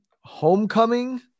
Homecoming